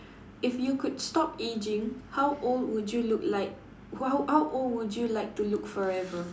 if you could stop aging how old would you look like h~ how old would you like to look like forever